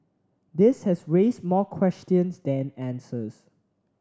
this has raised more questions than answers